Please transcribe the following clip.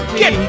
get